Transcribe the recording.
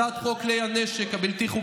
הצעת חוק כלי הנשק הבלתי-חוקיים,